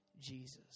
Jesus